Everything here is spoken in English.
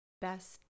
best